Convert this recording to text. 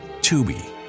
Tubi